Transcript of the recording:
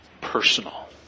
personal